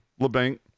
LeBanc